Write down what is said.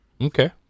Okay